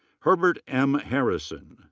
herbert m. harrison.